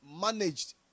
managed